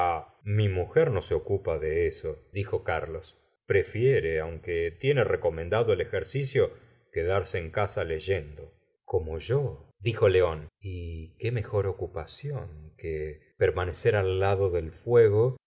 mi mujer no se ocupa de eso dijo carlos prefiere aunque tiene recomendado el ejercicio quedarse en casa leyendo como yo dijo león y qué mejor ocupación que permanecer al lado del fuego